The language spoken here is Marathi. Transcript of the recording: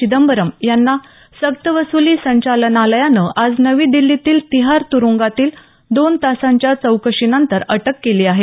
चिदंबरम यांना सक्तवसुली संचालनालयानं आज नवी दिल्लीतील तिहार त्रुंगातील दोन तासांच्या चौकशीनंतर अटक केली आहे